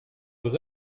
vos